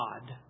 God